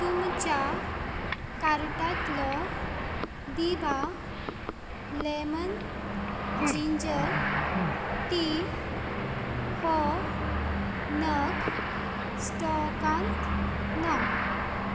तुमच्या कार्टांतलो बिबा लेमन जिंजर टी हो नग स्टॉकांत ना